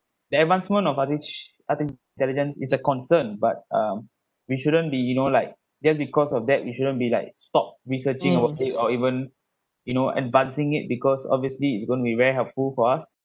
the advancement of artici~ arti~ intelligence is a concern but um we shouldn't be you know like just because of that we shouldn't be like stop researching about it or even you know advancing it because obviously it's going to be very helpful for us